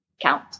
count